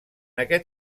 aquest